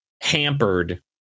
hampered